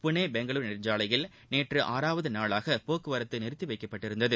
புளே பெங்களூரு நெடுஞ்சாலையில் நேற்று நாளாக போக்குவரத்து நிறுத்திவைக்கப்பட்டிருந்தது